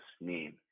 name